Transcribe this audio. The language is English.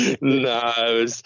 No